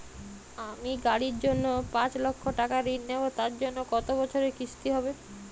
আমি গাড়ির জন্য পাঁচ লক্ষ টাকা ঋণ নেবো তার জন্য কতো বছরের কিস্তি হবে?